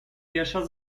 wiersza